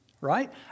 right